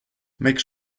make